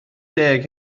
deg